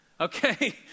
okay